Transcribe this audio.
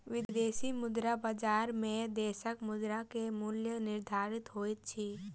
विदेशी मुद्रा बजार में देशक मुद्रा के मूल्य निर्धारित होइत अछि